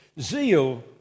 Zeal